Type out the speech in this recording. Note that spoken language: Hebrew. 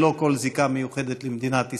ללא כל זיקה למדינת ישראל,